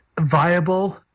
viable